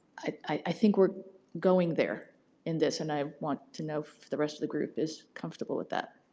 i think we're going there in this and i want to know if the rest of the group is comfortable with that?